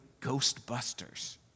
ghostbusters